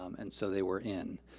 um and so they were in.